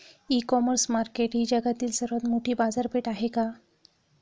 इ commerce market ही जगातील सर्वात मोठी बाजारपेठ आहे का?